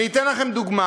אני אתן לכם דוגמה.